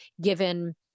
given